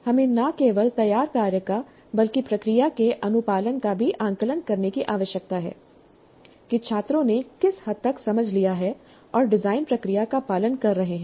हमें न केवल तैयार कार्य का बल्कि प्रक्रिया के अनुपालन का भी आकलन करने की आवश्यकता है कि छात्रों ने किस हद तक समझ लिया है और डिजाइन प्रक्रिया का पालन कर रहे हैं